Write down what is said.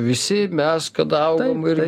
visi mes kada augom irgi